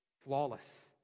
flawless